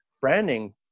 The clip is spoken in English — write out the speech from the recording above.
branding